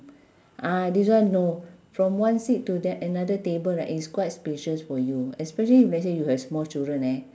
ah this one no from one seat to that another table right it's quite spacious for you especially if let's say you have small children eh